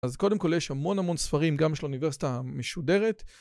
אז קודם כל יש המון המון ספרים גם של אוניברסיטה משודרת